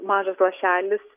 mažas lašelis